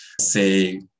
say